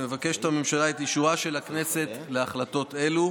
מבקשת הממשלה את אישורה של הכנסת להחלטות אלו.